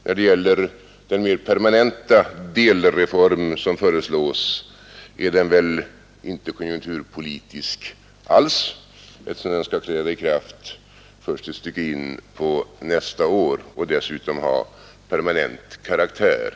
När det gäller den mer permanenta delreform som föreslås är den väl inte konjunkturpolitisk alls, eftersom den skall träda i kraft först ett stycke in på nästa år och dessutom har permanent karaktär.